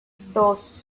dos